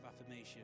affirmation